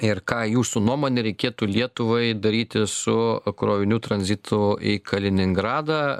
ir ką jūsų nuomone reikėtų lietuvai daryti su krovinių tranzitu į kaliningradą